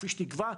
כפי שתקבע,